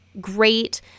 great